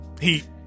Heat